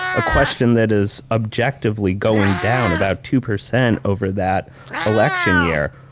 a question that is objectively going down about two percent over that election year.